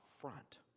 front